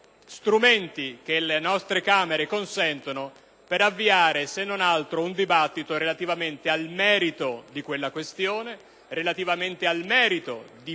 strumenti che le nostre Camere consentono per avviare, se non altro, un dibattito relativamente al merito della questione, di un decreto,